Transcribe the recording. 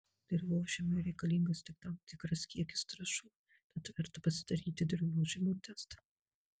dirvožemiui reikalingas tik tam tikras kiekis trąšų tad verta pasidaryti dirvožemio testą